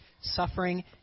suffering